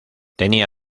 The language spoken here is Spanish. tenía